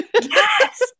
Yes